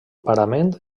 parament